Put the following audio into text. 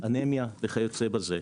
אנמיה וכיוצא בזה,